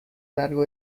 largo